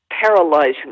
paralyzing